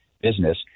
business